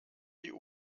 die